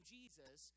Jesus